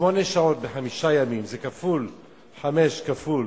שמונה שעות בחמישה ימים זה חמש כפול